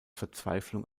verzweiflung